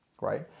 right